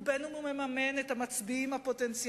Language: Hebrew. ובין אם הוא מממן את המצביעים הפוטנציאליים,